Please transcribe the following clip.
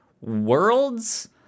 worlds